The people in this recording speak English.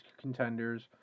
contenders